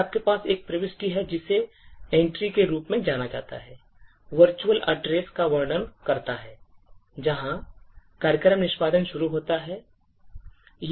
फिर आपके पास एक प्रविष्टि है जिसे एंट्री के रूप में जाना जाता है जो virtual address का वर्णन करता है जहां कार्यक्रम निष्पादन शुरू होता है